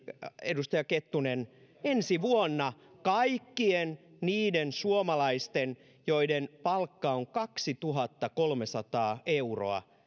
edustaja kettunen ensi vuonna kaikkien niiden suomalaisten joiden palkka on kaksituhattakolmesataa euroa